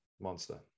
monster